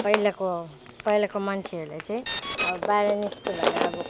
पहिलाको पहिलाको मान्छेहरूलाई चाहिँ अब बाहिर निस्क्यो भने अब